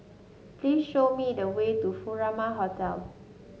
please show me the way to Furama Hotel